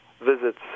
visits